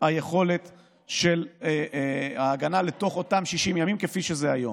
היכולת של ההגנה בתוך אותם 60 ימים, כפי שזה היום.